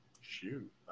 Shoot